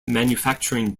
manufacturing